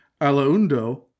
Alaundo